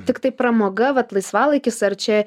tiktai pramoga vat laisvalaikis ar čia